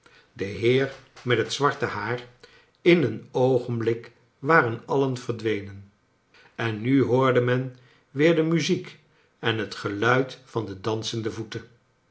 de heer met het zwarte haar in een oogenblik waren alien verdwenen en nu hoorde men weer de muziek en het geluid van de dansende voeten